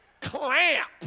clamp